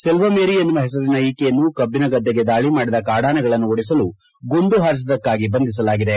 Selva Mary ಎನ್ನುವ ಹೆಸರಿನ ಈಕೆಯನ್ನು ಕಬ್ಲನ ಗದ್ದೆಗೆ ದಾಳಿ ಮಾಡಿದ ಕಾಡಾನೆಗಳನ್ನು ಓಡಿಸಲು ಗುಂಡು ಹಾರಿಸಿದ್ದಕ್ಷಾಗಿ ಬಂಧಿಸಲಾಗಿದೆ